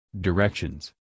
directions